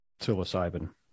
psilocybin